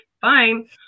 fine